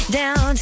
down